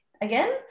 again